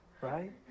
right